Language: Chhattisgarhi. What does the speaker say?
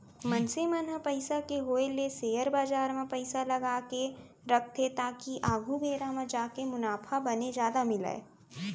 मनसे मन ह पइसा के होय ले सेयर बजार म पइसा लगाके रखथे ताकि आघु बेरा म जाके मुनाफा बने जादा मिलय